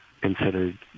considered